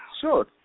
sure